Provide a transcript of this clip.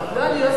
אז בלאו הכי,